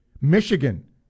Michigan